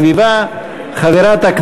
חברים,